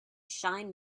shine